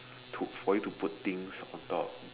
to for you to put things on top